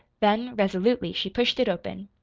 then, resolutely, she pushed it open.